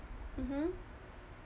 mmhmm